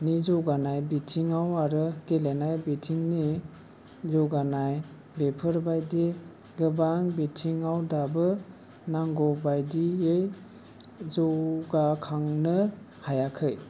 नि जौगानाय बिथिङाव आरो गेलेनाय बिथिंनि जौगानाय बेफोर बायदि गोबां बिथिङाव दाबो नांगौ बायदियै जौगाखांनो हायाखै